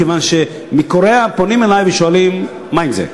כיוון שמקוריאה פונים אלי ושואלים מה עם זה.